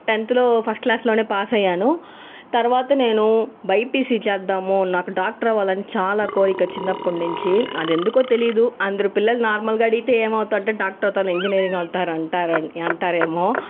టెన్త్లో ఫస్ట్ క్లాస్లో పాస్ అయ్యాను తర్వాత నేను బైపీసీ చేద్దాము నాకు డాక్టర్ అవ్వాలని చాలా కోరిక చిన్నప్పటి నుంచి అది ఎందుకో తెలియదు అందరు పిల్లలు నార్మల్గా అడిగితే ఏమవుతారు డాక్టర్ అవుతాను ఇంజినీర్ అవుతాను అని అంటారు అని అంటారు ఏమో